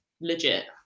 legit